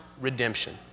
redemption